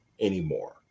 anymore